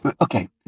okay